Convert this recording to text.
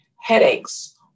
headaches